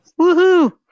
Woohoo